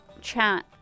chat